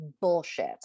bullshit